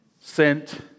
sent